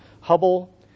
Hubble